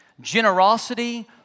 generosity